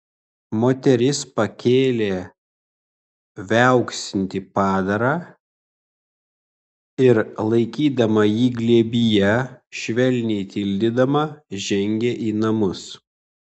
moteris pakėlė viauksintį padarą ir laikydama jį glėbyje švelniai tildydama žengė į namus